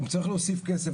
אם צריך להוסיף כסף,